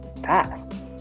fast